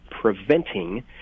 preventing